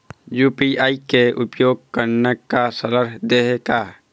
UPI के उपयोग करना का सरल देहें का?